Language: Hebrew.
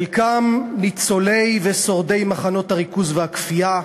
חלקם ניצולי ושורדי מחנות הריכוז והכפייה,